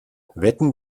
wetten